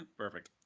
ah perfect.